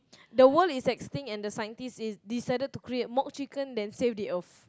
the world is extinct and the scientist is decided to create a mod chicken then save the earth